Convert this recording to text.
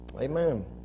Amen